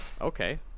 Okay